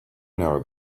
know